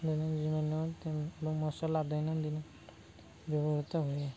ଦୈନନ୍ଦିନ ତେଲ ମସଲା ଦୈନନ୍ଦିନ ବ୍ୟବହୃତ ହୁଏ